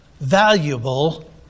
valuable